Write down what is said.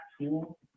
tool